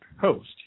host